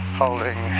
holding